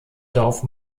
dorf